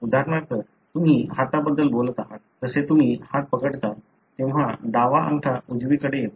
उदाहरणार्थ तुम्ही हाताबद्दल बोलत आहात जसे तुम्ही हात पकडता तेव्हा डावा अंगठा उजवीकडे येतो